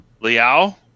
Liao